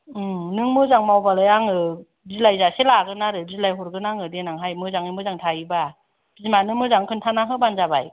नों मोजां मावबालाय आङो बिलाइजासे लागोन आरो बिलाय हरगोन आङो देनांहाय मोजाङै मोजां थायोबा बिमानो मोजांयै खोन्थाना होबानो जाबाय